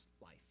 life